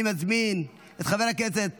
אני מזמין את חבר הכנסת